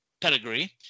pedigree